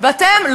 ואתם,